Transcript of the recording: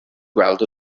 gweld